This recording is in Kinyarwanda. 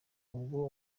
ubwo